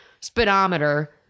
speedometer